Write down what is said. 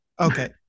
Okay